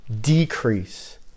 decrease